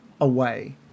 away